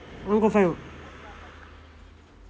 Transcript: I'm going to find work